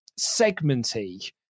segmenty